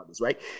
Right